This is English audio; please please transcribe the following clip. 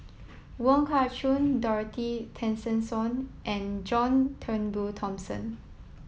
Wong Kah Chun Dorothy Tessensohn and John Turnbull Thomson